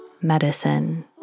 medicine